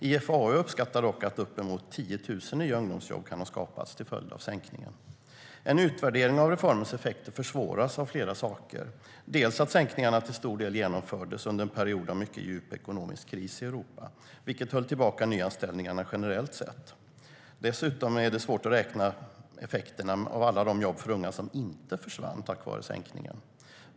IFAU uppskattar dock att uppemot 10 000 nya ungdomsjobb kan ha skapats till följd av sänkningen. En utvärdering av reformens effekter försvåras av flera orsaker, bland annat av att sänkningarna till stor del genomfördes under en period av mycket djup ekonomisk kris i Europa, vilket höll tillbaka nyanställningarna generellt sett. Dessutom är det svårt att räkna effekterna av alla de jobb för unga som inte försvann tack vare sänkningen.